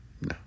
no